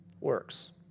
works